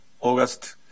August